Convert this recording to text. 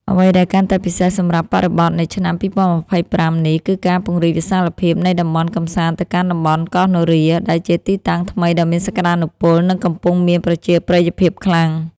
អ្វីដែលកាន់តែពិសេសសម្រាប់បរិបទនៃឆ្នាំ ២០២៥ នេះ គឺការពង្រីកវិសាលភាពនៃតំបន់កម្សាន្តទៅកាន់តំបន់កោះនរា ដែលជាទីតាំងថ្មីដ៏មានសក្តានុពល និងកំពុងមានប្រជាប្រិយភាពខ្លាំង។